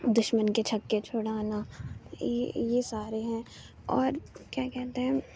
دشمن کے چھکے چھڑانا یہ یہ سارے ہیں اور کیا کہتے ہیں